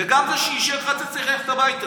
וגם זה שאישר לך צריך ללכת הביתה.